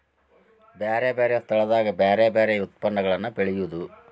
ಬ್ಯಾರೆ ಬ್ಯಾರೆ ಸ್ಥಳದಾಗ ಬ್ಯಾರೆ ಬ್ಯಾರೆ ಯತ್ಪನ್ನಗಳನ್ನ ಬೆಳೆಯುದು